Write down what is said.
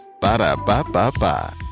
Ba-da-ba-ba-ba